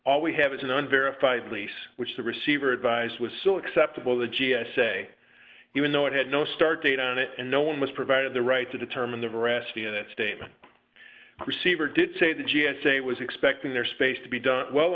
all we have is an unverified lease which the receiver advised was still acceptable the g s a even though it had no start date on it and no one was provided the right to determine the veracity of that statement receiver did say the g s a was expecting their space to be done well